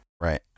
Right